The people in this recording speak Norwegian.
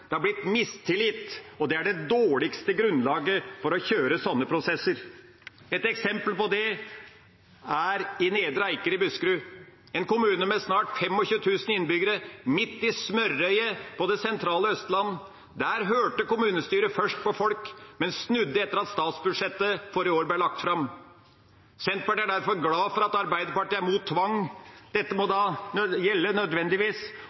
Det er blitt mistillit, og det er det dårligste grunnlaget for å kjøre slike prosesser. Et eksempel på det er Nedre Eiker i Buskerud, en kommune med snart 25 000 innbyggere, midt i smørøyet på det sentrale Østlandet. Der hørte kommunestyret først på folket, men snudde etter at statsbudsjettet for i år ble lagt fram. Senterpartiet er derfor glad for at Arbeiderpartiet er imot tvang. Dette må nødvendigvis gjelde